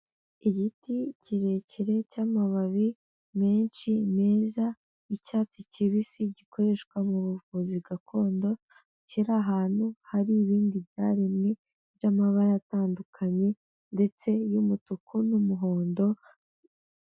Igiti kirekire cy'amababi menshi, meza, y'icyatsi kibisi, gikoreshwa mu buvuzi gakondo, kiri ahantu hari ibindi byaremwe by'amabara atandukanye, ndetse y'umutuku n'umuhondo.